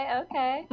okay